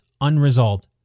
unresolved